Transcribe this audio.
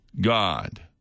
God